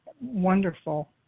wonderful